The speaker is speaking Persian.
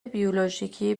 بیولوژیکی